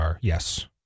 yes